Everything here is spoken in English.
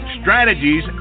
strategies